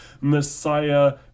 Messiah